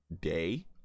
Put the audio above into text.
day